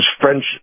French